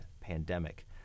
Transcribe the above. pandemic